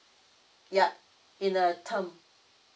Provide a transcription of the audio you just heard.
ya in a term